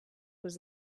was